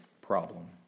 problem